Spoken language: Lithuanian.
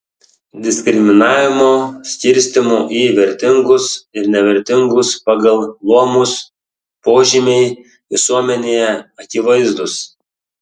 diskriminavimo skirstymo į vertingus ir nevertingus pagal luomus požymiai visuomenėje akivaizdūs